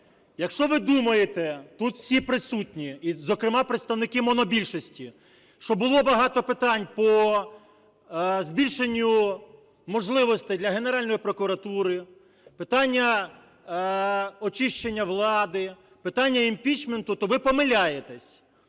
якщо ви думаєте, тут всі присутні і, зокрема, представники монобільшості, що було багато питань по збільшенню можливостей для Генеральної прокуратури, питання очищення влади, питання імпічменту, то ви помиляєтесь.